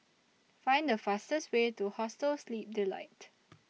Find The fastest Way to Hostel Sleep Delight